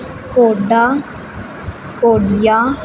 Skoda Kodiaq